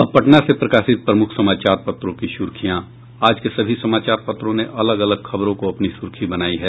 अब पटना से प्रकाशित प्रमुख समाचार पत्रों की सुर्खियां आज के सभी समाचार पत्रों ने अलग अलग खबरों को अपनी सुर्खी बनायी है